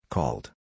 Called